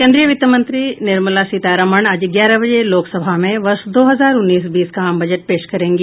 केन्द्रीय वित्त मंत्री निर्मला सीतारमण आज ग्यारह बजे लोकसभा में वर्ष दो हजार उन्नीस बीस का आम बजट पेश करेंगी